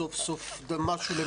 סוף סוף זה משהו למען האזרחים,